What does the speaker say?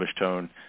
tone